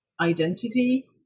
identity